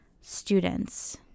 students